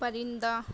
پرندہ